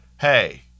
hey